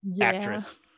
actress